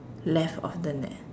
left of the net